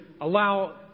allow